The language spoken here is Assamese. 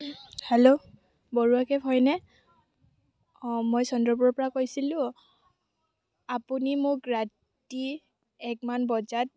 হেল্ল' বৰুৱা কেব হয়নে অ' মই চন্দ্ৰপুৰৰ পৰা কৈছিলোঁ আপুনি মোক ৰাতি একমান বজাত